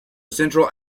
central